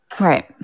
right